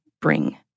bring